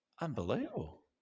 unbelievable